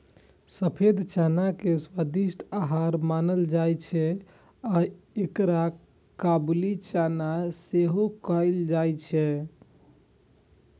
सफेद चना के स्वादिष्ट आहार मानल जाइ छै आ एकरा काबुली चना सेहो कहल जाइ छै